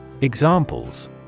Examples